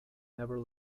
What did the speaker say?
never